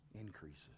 increases